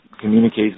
communicates